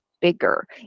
bigger